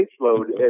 load